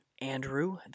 Andrew